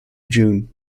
june